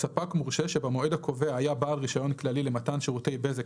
ספק מורשה שבמועד הקובע היה בעל רישיון כללי למתן שירותי בזק